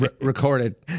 recorded